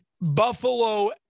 Buffalo